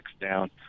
down